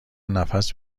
نفس